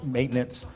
maintenance